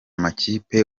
makipe